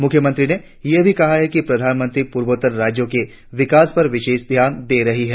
मुख्यमंत्री ने यह भी कहा कि प्रधानमंत्री पूर्वोत्तर राज्यों के विकास पर विशेष ध्यान दे रही है